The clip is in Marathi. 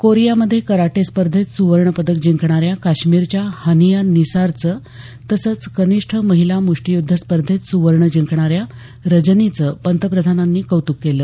कोरियामध्ये कराटे स्पर्धेत सुवर्णपदक जिंकणाऱ्या काश्मीरच्या हानिया निसारचं तसंच कनिष्ठ महिला मुष्टीयुद्ध स्पर्धेत सुवर्ण जिंकणाऱ्या रजनीचं पंतप्रधानांनी कौतुक केलं